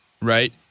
right